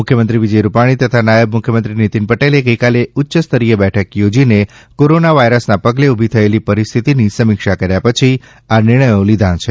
મુખ્યમંત્રી વિજય રૂપાણી તથા નાયબ મુખ્યમંત્રી નીતીન પટેલે ગઇકાલે ઉચ્યસ્તરીય બેઠક યોજીને કોરીના વાયરસના પગલે ઉભી થયેલી પરિસ્થિતીની સમીક્ષા કર્યા પછી આ નિર્ણયો લીધા છે